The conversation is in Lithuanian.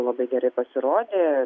labai gerai pasirodė